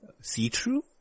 See-through